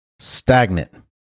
stagnant